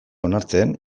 onartzen